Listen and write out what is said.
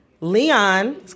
Leon